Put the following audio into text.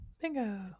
Bingo